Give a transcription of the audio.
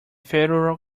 federal